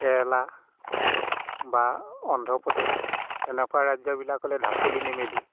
কেৰেলা বা অন্ধ্ৰপ্ৰদেশ তেনেকুৱা ৰাজ্যবিলাকলৈ ঢাপলি নেমেলি